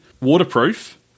waterproof